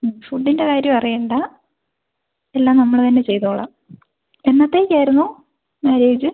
ഫുഡിൻ്റെ കാര്യം അറിയേണ്ട എല്ലാം നമ്മൾ തന്നെ ചെയ്തോളാം എന്നത്തേക്ക് ആയിരുന്നു മാര്യേജ്